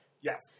Yes